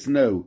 no